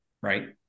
right